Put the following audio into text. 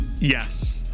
yes